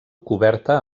coberta